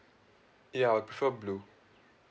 ya I prefer blue